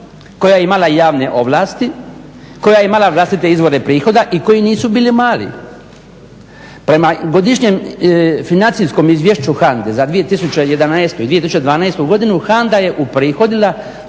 koja je imala javne ovlasti, koja je imala vlastite izvore prihoda i koji nisu bili mali. Prema godišnjem financijskom izvješću HANDA-e za 2011. i 2012. godinu HANDA je uprihodila